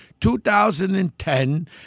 2010